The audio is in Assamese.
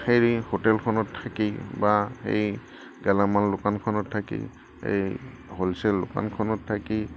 সেইৰি হোটেলখনত থাকি বা সেই গেলামাল দোকানখনত থাকি সেই হ'লচেল দোকানখনত থাকি